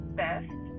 best